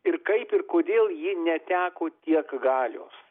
ir kaip ir kodėl ji neteko tiek galios